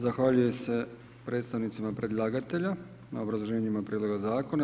Zahvaljujem se predstavnicima predlagatelja na obrazloženjima prijedloga zakona.